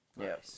Yes